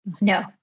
no